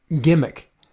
gimmick